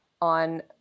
on